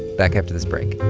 back after this break